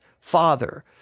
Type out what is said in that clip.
father